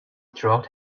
throughout